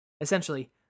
Essentially